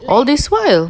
all this while